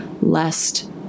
lest